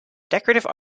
decorative